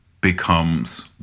becomes